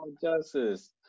Justice